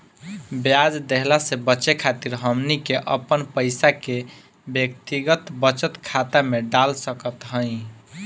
ब्याज देहला से बचे खातिर हमनी के अपन पईसा के व्यक्तिगत बचत खाता में डाल सकत हई